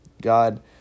God